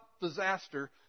disaster